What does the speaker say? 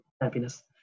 happiness